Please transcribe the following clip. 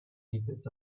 secrets